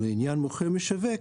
ולעניין מוכר או משווק,